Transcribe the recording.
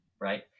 right